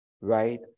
right